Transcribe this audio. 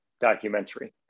documentary